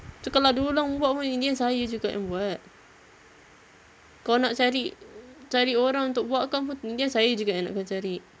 so kalau ada orang buat pun in the end saya juga yang buat kalau nak cari-cari orang untuk buatkan pun in the end saya juga yang nak kena cari